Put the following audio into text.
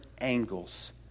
angles